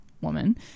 Woman